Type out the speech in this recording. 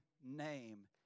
name